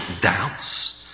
doubts